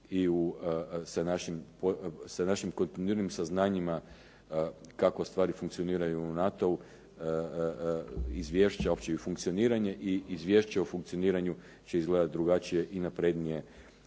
i sa našim kontinuiranim saznanjima kako stvari funkcioniraju u NATO-u, izvješća uopće i funkcioniranje i izvješće o funkcioniranju će izgledati drugačije i naprednije.